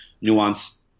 nuance